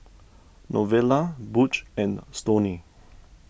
Novella Butch and Stoney